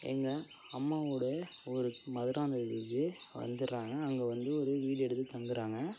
எங்கள் அம்மாவோடய ஊர் மதுராந்தகத்துக்கு வந்துடுறாங்க அங்கே வந்து ஒரு வீடு எடுத்து தங்குகிறாங்க